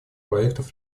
проектов